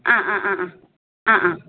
ആ ആ ആ ആ ആ ആ